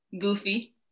goofy